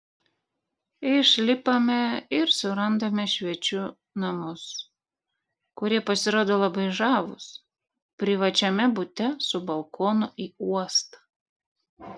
išlipame ir surandame svečių namus kurie pasirodo labai žavūs privačiame bute su balkonu į uostą